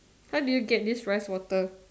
how do you get this rice water